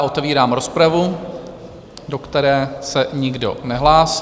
Otevírám rozpravu, do které se nikdo nehlásí.